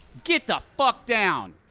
get the fuck down!